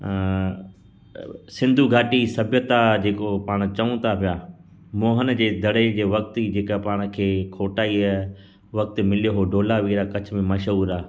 सिंधू घाटी सभ्यता जे को पाणि चऊं था पिया मोहन जे दड़े जे वक़्त जे का पाण खे खोटाई आहे वक़्ति मिलियो हुओ धोलावीरा कच्छ में मशहूर आहे